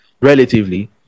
relatively